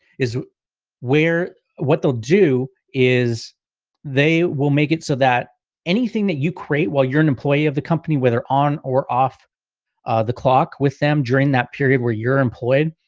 is where what they'll do is they will make it so that anything that you create while you're an employee of the company, whether on or off the clock with them during that period, where you're employed,